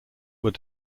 were